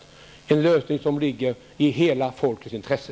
Det är en lösning som ligger i hela folkets intresse.